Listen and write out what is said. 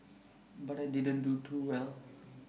but I didn't do too well